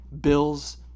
bills